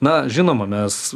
na žinoma mes